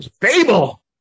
Fable